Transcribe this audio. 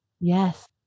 Yes